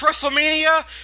Wrestlemania